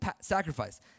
sacrifice